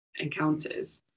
encounters